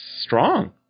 strong